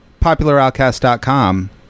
popularoutcast.com